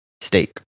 steak